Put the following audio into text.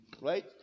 right